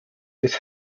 des